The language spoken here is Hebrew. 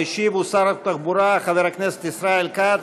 המשיב הוא שר התחבורה, חבר הכנסת ישראל כץ.